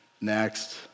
Next